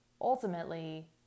ultimately